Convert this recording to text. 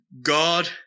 God